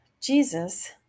Jesus